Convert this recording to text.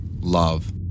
love